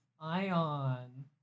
Ion